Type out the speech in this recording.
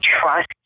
trust